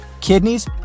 kidneys